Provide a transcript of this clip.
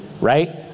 right